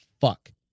fuck